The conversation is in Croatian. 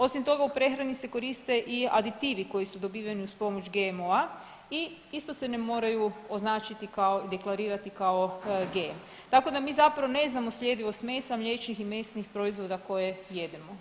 Osim toga u prehrani se koriste i aditivi koji su dobiveni uz pomoć GMO-a i isto se ne moraju označiti i deklarirati kao G, tako da mi zapravo ne znamo sljedivost mesa, mliječnih i mesnih proizvoda koje jedemo.